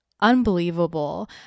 unbelievable